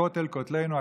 הכותל כותלנו,